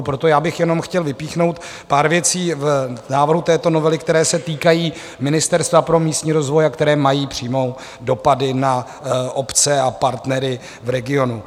Proto já bych jenom chtěl vypíchnout pár věcí v návrhu této novely, které se týkají Ministerstva pro místní rozvoj a které mají přímé dopady na obce a partnery v regionu.